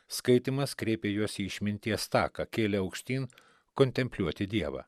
skaitymas kreipė juos į išminties taką kėlė aukštyn kontempliuoti dievą